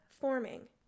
forming